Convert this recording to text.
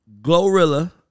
GloRilla